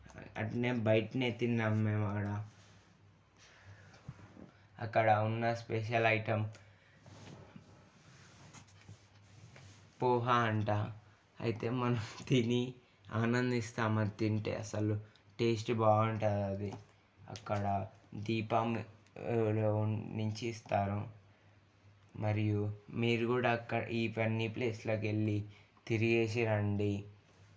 అట్నే బయటనే తిన్నాం మేము ఆడ అక్కడ ఉన్న స్పెషల్ ఐటమ్ పోహా అంట అయితే మనం తిని ఆనందిస్తాము అది తింటే అసలు టేస్ట్ బాగుంటుంది అక్కడ దీపము లో నుంచి ఇస్తారు మరియు మీరు కూడా అక్క ఇవన్నీ ప్లేస్లకి వెళ్ళి తిరిగేసి రండి